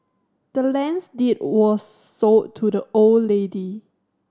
the land's deed was sold to the old lady